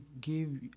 give